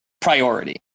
priority